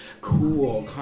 cool